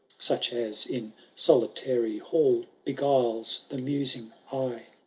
such as, in solitary hall. beguiles the musing eye,